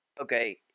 okay